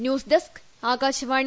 news desk Akashvani